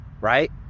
right